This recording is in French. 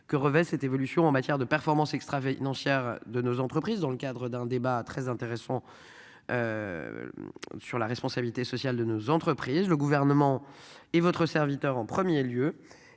que revêt cette évolution en matière de performance extra-financière de nos entreprises dans le cadre d'un débat très intéressant. Sur la responsabilité sociale de nos entreprises, le gouvernement et votre serviteur. En premier lieu